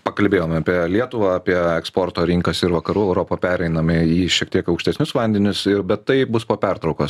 pakalbėjom apie lietuvą apie eksporto rinkas ir vakarų europą pereiname į šiek tiek aukštesnius vandenis ir bet taip bus po pertraukos